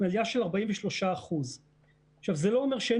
זאת אומרת עלייה של 43%. זה לא אומר שאין